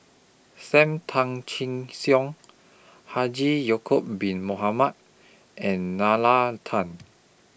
SAM Tan Chin Siong Haji Ya'Acob Bin Mohamed and Nalla Tan